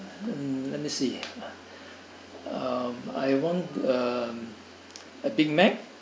let me see uh I want a a big Mac